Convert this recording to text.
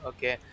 Okay